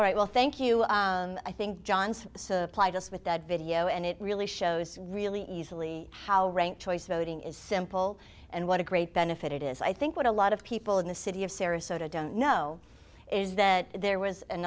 right well thank you i think johns supplied us with that video and it really shows really easily how rank choice voting is simple and what a great benefit it is i think what a lot of people in the city of sarasota don't know is that there was an